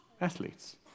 athletes